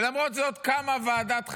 למרות זאת קמה ועדת חקירה.